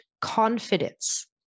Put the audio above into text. confidence